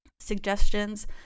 suggestions